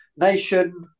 Nation